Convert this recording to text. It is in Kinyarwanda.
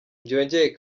byongeye